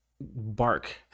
bark